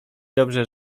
dobrze